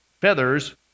feathers